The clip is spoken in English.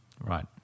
right